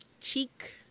cheek